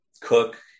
cook